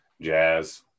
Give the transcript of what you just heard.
Jazz